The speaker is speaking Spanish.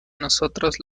nosotros